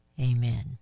amen